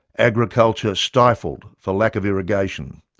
agriculture stifled for lack of irrigation,